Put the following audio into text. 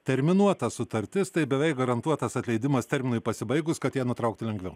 terminuota sutartis tai beveik garantuotas atleidimas terminui pasibaigus kad ją nutraukti lengviau